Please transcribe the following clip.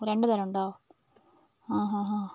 രണ്ട് തരമുണ്ടോ ആ ഹാ ഹാ